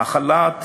אך הלהט